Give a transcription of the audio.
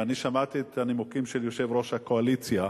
ושמעתי את הנימוקים של יושב-ראש הקואליציה,